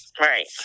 Right